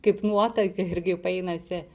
kaip nuotaka ir kaip einasi